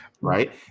right